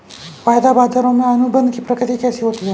वायदा बाजारों में अनुबंध की प्रकृति कैसी होती है?